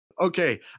Okay